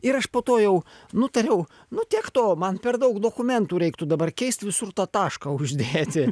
ir aš po to jau nutariau nu tiek to man per daug dokumentų reiktų dabar keist visur tą tašką uždėti